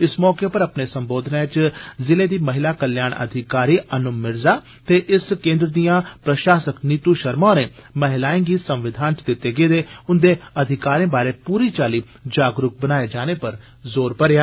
इस मौके उप्पर अपने संबोधन च जिले दी महिला कल्याण अधिकारी अन्म मिर्जा ते इस केंद्र दियां प्रशासक नीतू शर्मा होरें महिलायें गी संविधान च दिते गेदे उंदे अधिकारें बारै पूरी चाल्ली जगरूक बनाये जाने उप्पर जोर भरेआ